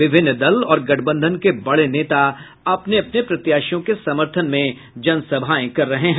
विभिन्न दल और गठबंधन के बड़े नेता अपने अपने प्रत्याशियों के समर्थन में जनसभाएं कर रहे हैं